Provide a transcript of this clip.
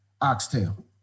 Oxtail